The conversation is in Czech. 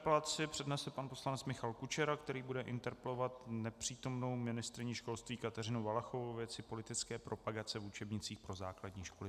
Další interpelaci přednese pan poslanec Michal Kučera, který bude interpelovat nepřítomnou ministryni školství Kateřinu Valachovou ve věci politické propagace v učebnicích pro základní školy.